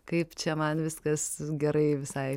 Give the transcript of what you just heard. kaip čia man viskas gerai visai